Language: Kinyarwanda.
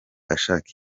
ashaka